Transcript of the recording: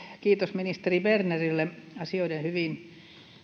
kiitos ministeri bernerille asioiden hyvin